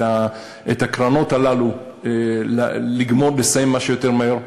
את נושא הקרנות הללו לסיים כמה שיותר מהר.